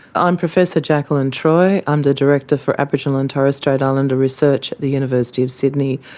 i'm professor jakelin troy, i'm the director for aboriginal and torres strait islander research at the university of sydney.